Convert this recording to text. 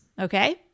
okay